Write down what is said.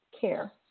care